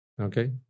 okay